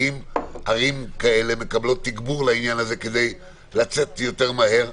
האם ערים כאלה מקבלות תגבור לעניין הזה כדי לצאת יותר מהר?